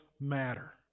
matter